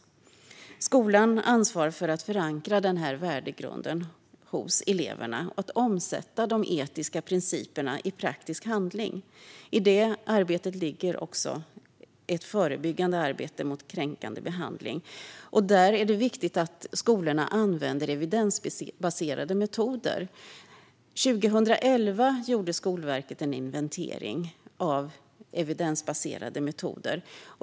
Skolan ansvarar för att förankra denna värdegrund hos eleverna och omsätta de etiska principerna i praktisk handling. I det arbetet ligger också det förebyggande arbetet mot kränkande behandling. Det är viktigt att skolor använder sig av evidensbaserade metoder. År 2011 gjorde Skolverket en inventering av evidensbaserade metoder.